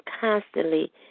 constantly